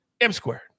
M-squared